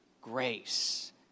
grace